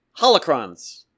Holocrons